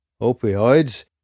opioids